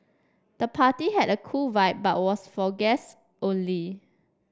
the party had a cool vibe but was for guests only